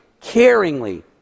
caringly